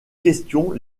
questions